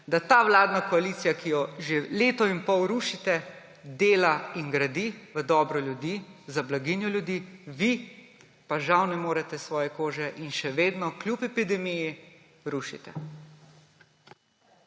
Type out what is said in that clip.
da ta vladna koalicija, ki jo že leto in pol rušite, dela in gradi v dobro ljudi, za blaginjo ljudi, vi pa žal ne morete iz svoje kože in še vedno, kljub epidemiji rušite.